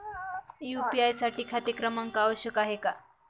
UPI साठी खाते क्रमांक आवश्यक आहे का?